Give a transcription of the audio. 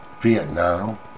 Vietnam